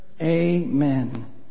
Amen